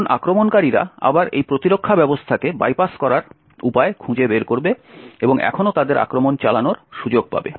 এখন আক্রমণকারীরা আবার এই প্রতিরক্ষা ব্যবস্থাকে বাইপাস করার উপায় খুঁজে বের করবে এবং এখনও তাদের আক্রমণ চালানোর সুযোগ পাবে